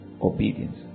Obedience